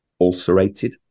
ulcerated